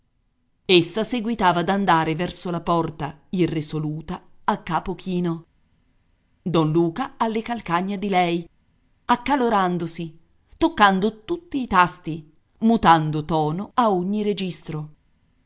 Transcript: essa seguitava ad andare verso la porta irresoluta a capo chino don luca alle calcagna di lei accalorandosi toccando tutti i tasti mutando tono a ogni registro